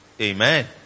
Amen